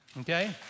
Okay